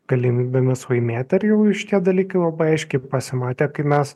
galimybėmis laimėti ir jau šitie dalykai labai aiškiai pasimatė kai mes